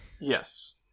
Yes